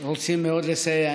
רוצים מאוד לסייע.